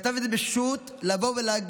הוא כתב את זה בשו"ת, לבוא ולהגיד